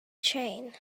train